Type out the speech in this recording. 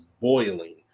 boiling